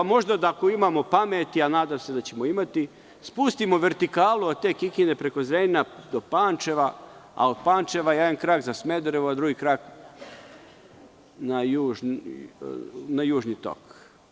Možda ako imamo pameti, a nadam se da ćemo imati, spustimo vertikalu od Kikinde, preko Zrenjanina, do Pančeva, a od Pančeva jedan krak za Smederevo, drugi krak na Južni tok.